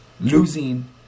losing